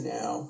now